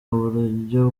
uburyo